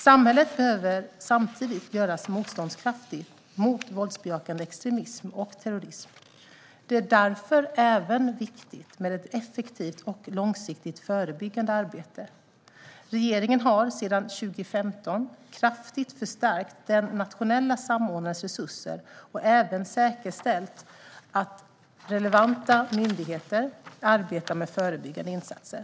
Samhället behöver samtidigt göras motståndskraftigt mot våldsbejakande extremism och terrorism. Det är därför även viktigt med ett effektivt och långsiktigt förebyggande arbete. Regeringen har sedan 2015 kraftigt förstärkt den nationella samordnarens resurser och även säkerställt att relevanta myndigheter arbetar med förebyggande insatser.